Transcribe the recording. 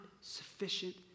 sufficient